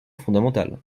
fondamentale